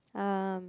um